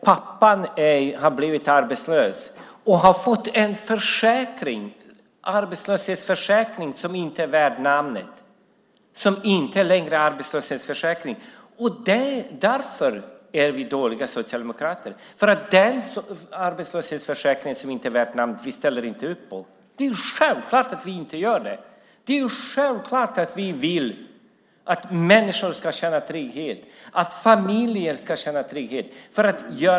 Pappan har blivit arbetslös och har fått en arbetslöshetsförsäkring som inte är värd namnet, som inte längre är en arbetslöshetsförsäkring. Vi socialdemokrater är alltså dåliga därför att vi inte ställer upp på den arbetslöshetsförsäkring som inte är värd namnet. Det är självklart att vi inte gör det. Det är självklart att vi vill att människor ska känna trygghet, att familjer ska känna trygghet.